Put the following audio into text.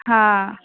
हा